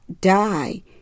die